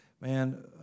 Man